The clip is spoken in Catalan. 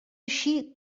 així